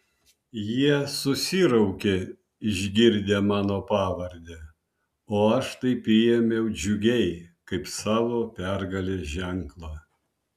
jie susiraukė išgirdę mano pavardę o aš tai priėmiau džiugiai kaip savo pergalės ženklą